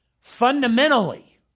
Fundamentally